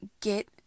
get